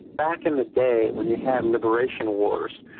back in the day, when you had liberation wars,